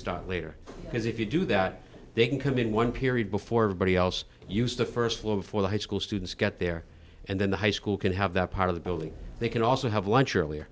start later because if you do that they can come in one period before body else used the st one for the high school students get there and then the high school can have that part of the building they can also have lunch earlier